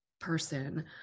person